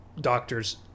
Doctors